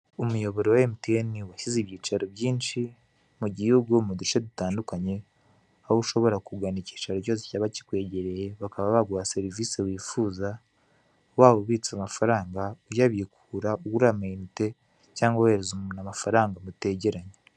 Umuyoboro wa MTN washyize ibyicaro byinshi mugihugu muduce dutandukanye aho ushobora kugana ikicaro cyose cyaba cyikwegereye bakaba baguha serivise wifuza waba ubitsa amafaranga uyabikura ugura ama inite cyangwa wohereza umuntu amafaranga mutegeranye.